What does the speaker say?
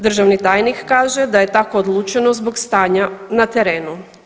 Državni tajnik kaže da je tako odlučeno zbog stanja na terenu.